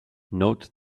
note